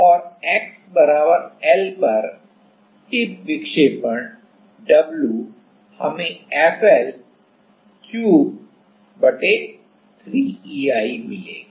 तो x L पर tip विक्षेपण w हमें FL क्यूब 3 E I मिलेगा